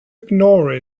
ignore